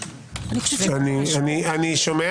גור,